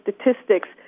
statistics